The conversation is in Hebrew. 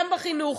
גם בחינוך,